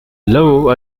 law